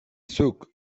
zuk